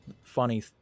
funny